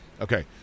Okay